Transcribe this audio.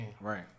Right